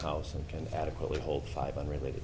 house and can adequately hold five unrelated